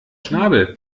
schnabel